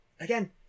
again